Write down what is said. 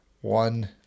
one